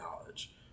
knowledge